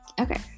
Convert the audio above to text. okay